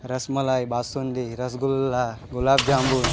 rasmalai basundi rasgulla gulab jamun